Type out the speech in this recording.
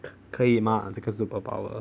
可以吗这个 superpower